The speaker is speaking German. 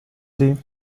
sie